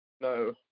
No